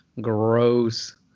Gross